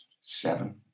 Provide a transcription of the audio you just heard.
seven